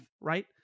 right